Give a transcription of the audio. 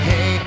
Hey